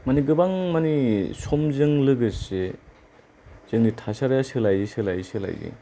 माने गोबां माने समजों लोगोसे जोंनि थासारिया सोलायै सोलायै सोलायै